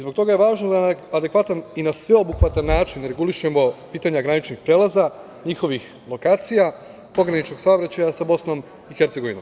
Zbog toga je važno da na adekvatan i sveobuhvatan način regulišemo pitanja graničnih prelaza, njihovih lokacija, pograničnog saobraćaja sa BiH.